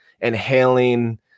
inhaling